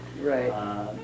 Right